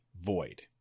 void